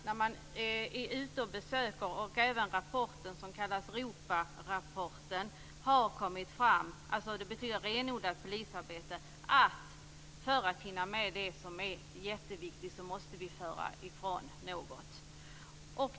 När man är ute på besök - det gäller också ROPA rapporten; ROPA står för renodlat polisarbete - har det framgått att för att hinna med det som är jätteviktigt måste någonting föras bort.